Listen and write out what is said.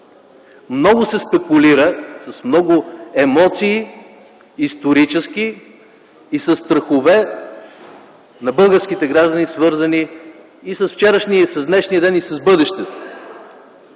Много се спекулира с много исторически емоции и със страхове на българските граждани, свързани с вчерашния, и с днешния, и с бъдещия